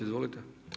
Izvolite.